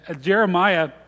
Jeremiah